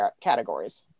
categories